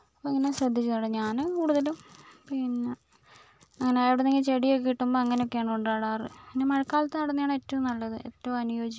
അപ്പം അങ്ങനെ ശ്രദ്ധിച്ച് നടുക ഞാൻ കൂടുതലും പിന്നെ അങ്ങനെ എവിടുന്നെങ്കിലും ചെടിയൊക്കെ കിട്ടുമ്പോൾ അങ്ങനെയൊക്കെയാണ് കൊണ്ട് നടാറ് പിന്നെ മഴക്കാലത്ത് നടുന്നതാണ് ഏറ്റവും നല്ലത് ഏറ്റവും അനുയോജ്യവും